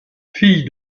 fille